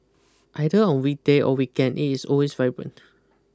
either on weekday or weekend it is always vibrant